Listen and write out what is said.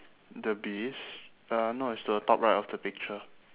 the bees uh no it's to the top right of the picture